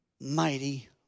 mighty